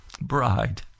bride